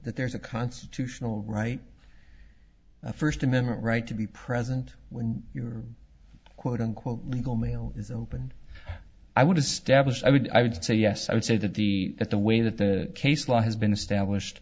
that there's a constitutional right first amendment right to be present when your quote unquote legal meaning is open i would establish i would i would say yes i would say that the that the way that the case law has been established